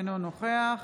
אינו נוכח